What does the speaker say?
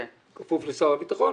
כפוף לשר הביטחון,